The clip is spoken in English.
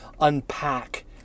unpack